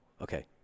Okay